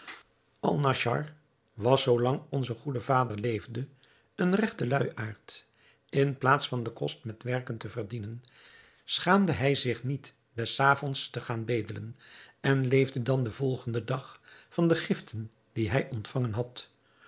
alnaschar was zoo lang onze goede vader leefde een regte luiaard in plaats van den kost met werken te verdienen schaamde hij zich niet des avonds te gaan bedelen en leefde dan den volgenden dag van de giften die hij ontvangen had